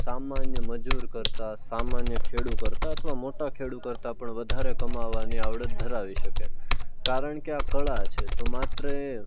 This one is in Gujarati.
સામાન્ય મજૂર કરતાં સામાન્ય ખેડુ કરતાં અથવા મોટા ખેડુ કરતાં પણ વધારે કમાવાની આવડત ધરાવી શકે કારણ કે આ કળા છે તો તો માત્ર એ